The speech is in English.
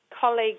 colleague